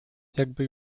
jakby